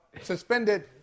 suspended